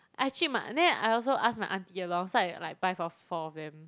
I treat my aunt then I also ask my aunty along so I like buy for four of them